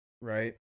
Right